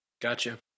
Gotcha